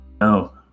No